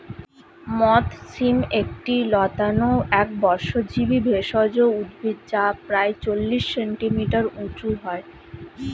মথ শিম একটি লতানো একবর্ষজীবি ভেষজ উদ্ভিদ যা প্রায় চল্লিশ সেন্টিমিটার উঁচু হয়